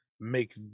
make